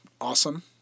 awesome